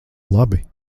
labi